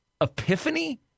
epiphany